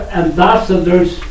ambassadors